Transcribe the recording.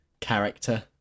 character